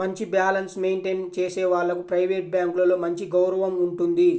మంచి balance maintain చేసే వాళ్లకు ప్రైవేట్ బ్యాంకులలో మంచి గౌరవం ఉంటుంది